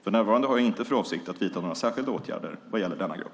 För närvarande har jag inte för avsikt att vidta några särskilda åtgärder vad gäller denna grupp.